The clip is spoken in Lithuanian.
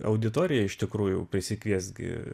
auditoriją iš tikrųjų prisikviest gi